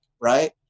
right